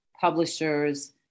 publishers